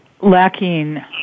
lacking